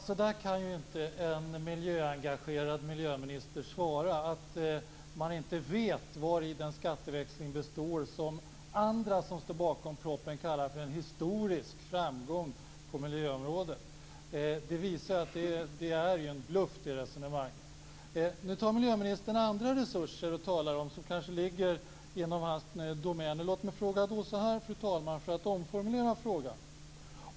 Fru talman! En miljöengagerad miljöminister kan ju inte svara att han inte vet vari den skatteväxling består som andra, som står bakom propositionen, kallar för en historisk framgång på miljöområdet. Det visar att resonemanget är en bluff. Nu tar miljöministern upp och talar om andra resurser, resurser som kanske ligger inom hans domäner. Låt mig då omformulera frågan.